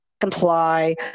comply